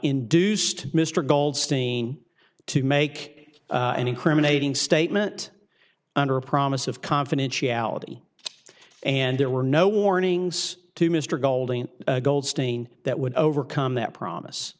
induced mr goldstein to make an incriminating statement under a promise of confidentiality and there were no warnings to mr golding goldstein that would overcome that promise